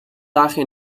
dagen